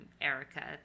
Erica